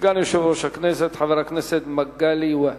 סגן יושב-ראש הכנסת חבר הכנסת מגלי והבה.